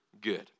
good